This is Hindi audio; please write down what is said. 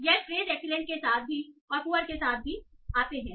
यह फ्रेस एक्सीलेंट के साथ भी और पुअर के साथ भी आते हैं